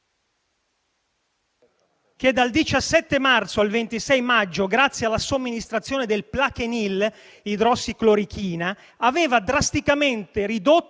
che dal 17 marzo al 26 maggio, grazie alla somministrazione del Plaquenil (idrossiclorochina), aveva drasticamente ridotto